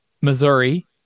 Missouri